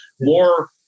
more